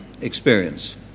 experience